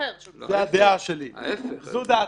זו דעתי,